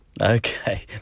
okay